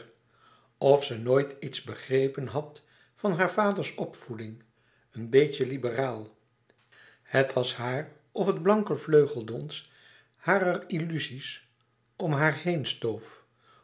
of ze nooit iets begrepen had van haar vaders opvoeding een beetje liberaal het was haar of het blanke vleugeldons harer illuzies om haar heen stoof